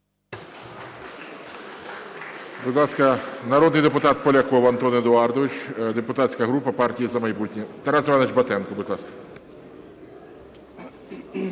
Будь ласка, народний депутат Поляков Антон Едуардович, депутатська група "Партія "За майбутнє". Тарас Іванович Батенко, будь ласка.